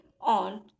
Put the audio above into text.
on